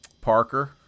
parker